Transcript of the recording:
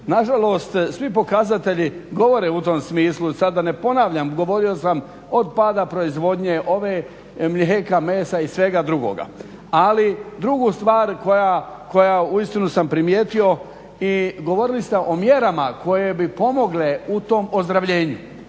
Nažalost, svi pokazatelji govore u tom smislu, sad da ne ponavljam, govorio sam od pada proizvodnje ove, mlijeka, mesa i svega drugoga. Ali, drugu stvar koju uistinu sam primijetio i govorili ste o mjerama koje bi pomogle u tom ozdravljenju